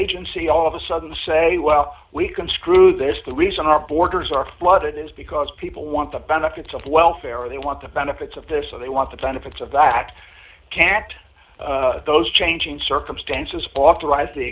agency all of a sudden say well we can screw this the reason our borders are flooded is because people want the benefits of welfare or they want the benefits of this or they want to benefits of that can't those changing circumstances authorised the